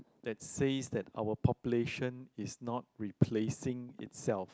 that says that our population is not replacing itself